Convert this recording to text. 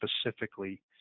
specifically